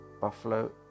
Buffalo